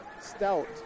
Stout